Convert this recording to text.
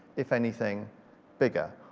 if anything bigger.